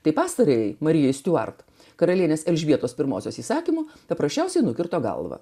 tai pastoriai marijai stiuarto karalienės elžbietos primosios įsakymu paprasčiausiai nukirto galvą